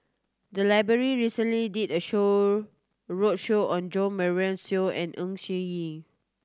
the library recently did a show roadshow on Jo Marion Seow and Ng Yi Sheng